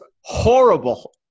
horrible